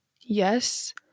Yes